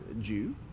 Jew